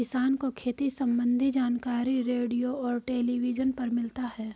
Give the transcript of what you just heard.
किसान को खेती सम्बन्धी जानकारी रेडियो और टेलीविज़न पर मिलता है